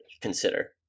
consider